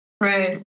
Right